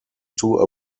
two